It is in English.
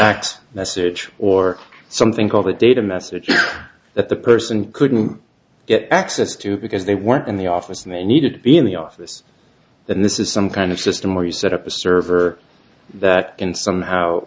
fax message or something call the data message that the person couldn't get access to because they weren't in the office and they needed to be in the office and this is some kind of system where you set up a server that can somehow